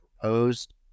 proposed